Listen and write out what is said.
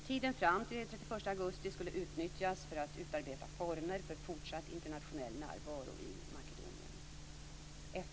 Tiden fram till den 31 augusti skulle utnyttjas för att utarbeta former för fortsatt internationell närvaro i Makedonien.